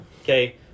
okay